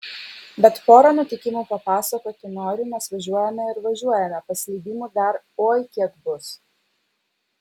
bet porą nutikimų papasakoti noriu nes važiuojame ir važiuojame paslydimų dar oi kiek bus